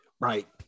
Right